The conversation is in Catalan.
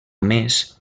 més